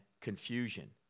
confusion